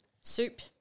Soup